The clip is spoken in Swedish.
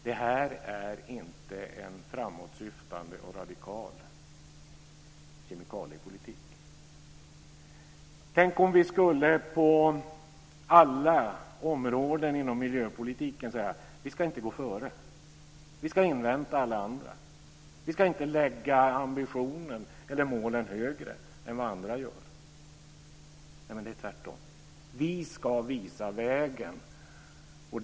Det är inte en framåtsyftande och radikal kemikaliepolitik. Tänk om vi på alla områden inom miljöpolitiken skulle säga: Vi ska inte gå före. Vi ska invänta alla andra. Vi ska inte lägga ambitionen eller målen högre än vad andra gör. Det är tvärtom. Vi ska visa vägen.